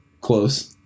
Close